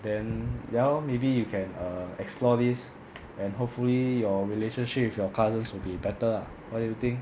then ya lor maybe you err can explore this and hopefully your relationship with your cousins will be better what do you think